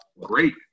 great